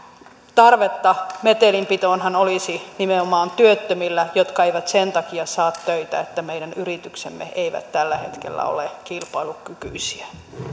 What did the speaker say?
tarvetta metelin pitoonhan olisi nimenomaan työttömillä jotka eivät sen takia saa töitä että meidän yrityksemme eivät tällä hetkellä ole kilpailukykyisiä